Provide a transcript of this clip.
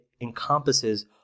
encompasses